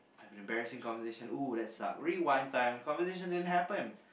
I have an embarrassing conversation !woo! that sucks rewind time conversation didn't happen